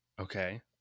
Okay